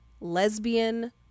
lesbian